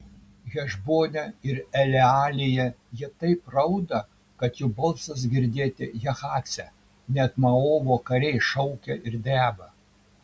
hešbone ir elealėje jie taip rauda kad jų balsas girdėti jahace net moabo kariai šaukia ir dreba